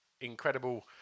incredible